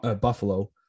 Buffalo